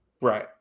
right